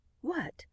What